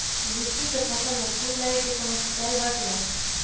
लीची के फसल में फूल लगे के समय सिंचाई बा कि नही?